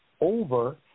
over